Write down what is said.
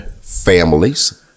Families